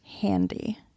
handy